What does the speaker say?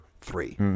three